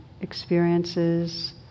experiences